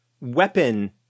weapon